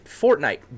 Fortnite